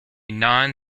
non